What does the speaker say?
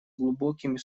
глубокими